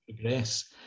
progress